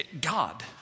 God